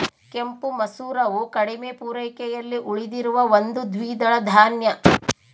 ಕೆಂಪು ಮಸೂರವು ಕಡಿಮೆ ಪೂರೈಕೆಯಲ್ಲಿ ಉಳಿದಿರುವ ಒಂದು ದ್ವಿದಳ ಧಾನ್ಯ